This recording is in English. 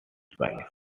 spanish